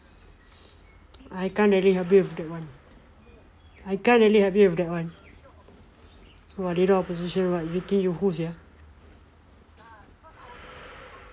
I can't really help you for that one I can't really help you with that one !wah! leader of opposition you think you who sia